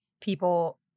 people